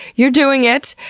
you're doing it!